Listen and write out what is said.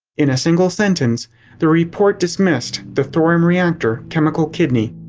in a single sentence the report dismissed the thorium reactor chemical kidney.